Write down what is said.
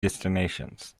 destinations